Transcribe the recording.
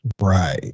Right